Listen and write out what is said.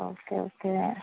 okay okay